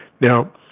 Now